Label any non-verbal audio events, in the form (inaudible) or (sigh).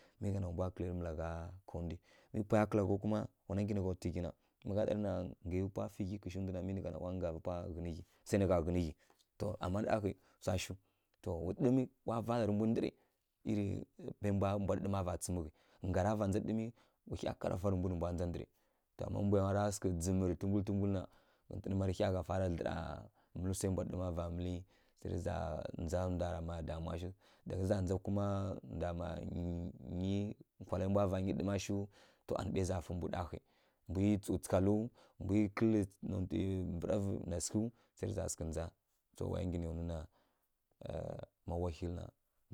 Mi nǝ gha na wa mbwa kǝlairǝ malagha ka ndwi, mi pwaya kǝla ghaw kuma mi wana nggyi nǝ gha tu ghyi na ma gha ɗarǝ na ngǝvǝ pwa tu ghyi na mi nǝ gha zha na wa ngaivǝ pwa ghǝn ghya gha sai nǝ gha ghǝnǝ ghyi. To ama ɗarǝ hǝ swa shiw to ɗǝɗǝmǝ wa valarǝ ndǝrǝ (unintelligible) ƙhǝ rǝ mbwa ɗǝɗǝma va tsǝmǝvǝ ngha ra vandza ɗǝɗǝmǝ nǝ hya haɗa mbwi nǝ hya ndza ndǝrǝ ma mbwara sǝghǝ dzǝrǝ tǝmbulǝ tǝmbulǝ na ghǝtǝn ma rǝ hya gha fara dlǝra mǝlǝ swai mbwa ɗǝɗǝma va mǝlǝ rǝ za ndza (unintelligible) rǝ za ndza kuma (unintelligible) nkwalarǝ mbwa va nyi ɗǝɗǝma shiw to anǝ pwai za fǝ mbwi ɗa ghǝ mbwi tsǝw tsǝghalǝw mbwi kǝlǝ nontǝ mbǝravǝ sǝghǝw mma sǝghǝw rǝ za sǝghǝ ndza (unintelligible) wa ya nggyi nǝya nuna (hesitation) ma wahilǝ na.